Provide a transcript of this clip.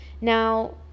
now